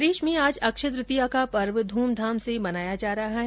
प्रदेश में आज अक्षय तृतीया का पर्व ध्रमधाम से मनाया जा रहा है